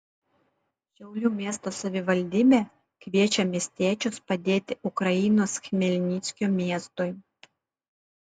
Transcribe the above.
šiaulių miesto savivaldybė kviečia miestiečius padėti ukrainos chmelnickio miestui